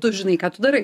tu žinai ką tu darai